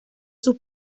sus